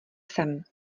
sem